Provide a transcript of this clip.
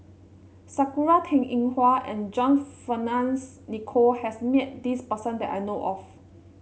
Sakura Teng Ying Hua and John Fearns Nicoll has met this person that I know of